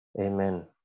Amen